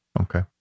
okay